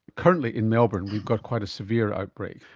currently in melbourne we've got quite a severe outbreak.